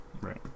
right